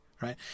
right